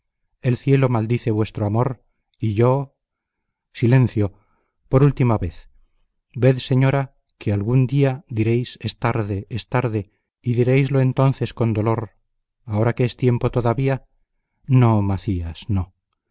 el cielo maldice vuestro amor y yo silencio por última vez ved señora que algún día diréis es tarde es tarde y diréislo entonces con dolor ahora que es tiempo todavía no macías no